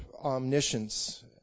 omniscience